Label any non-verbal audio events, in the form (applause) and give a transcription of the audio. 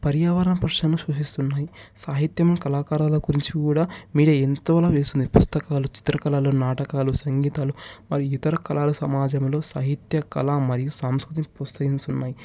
పర్యావరణ (unintelligible) సూచిస్తున్నాయి సాహిత్యం కళాకారులకు గురించి కూడా మీడియా ఎంతోలా వేస్తుంది పుస్తకాలు చిత్రకారులు నాటకాలు సంగీతాలు మరియు ఇతర కళల సమాజంలో సాహిత్య కళ మరియు సాంస్కృతిక ప్రోత్సహిస్తున్నాయి